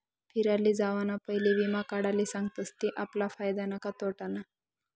फिराले जावाना पयले वीमा काढाले सांगतस ते आपला फायदानं का तोटानं